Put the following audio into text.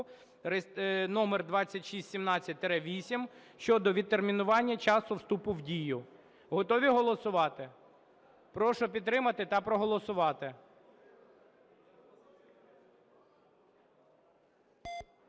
року №2617-VIII (щодо відтермінування часу вступу в дію). Готові голосувати? Прошу підтримати та проголосувати.